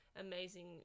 amazing